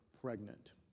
pregnant